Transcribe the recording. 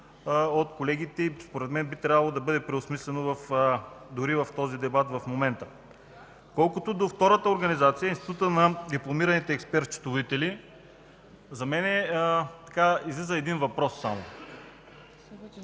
от колегите. Според би трябвало да бъде преосмислено дори в този дебат в момента. Колкото до втората организация – Института на дипломираните експерт-счетоводители, за мен излиза един въпрос: няма